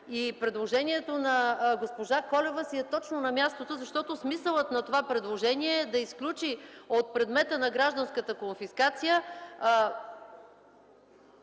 и предложението на госпожа Колева си е точно на мястото, защото смисълът на това предложение е да изключи от предмета на гражданската конфискация